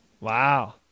Wow